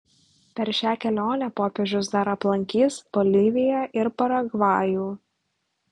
per šią kelionę popiežius dar aplankys boliviją ir paragvajų